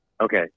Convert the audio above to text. Okay